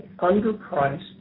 underpriced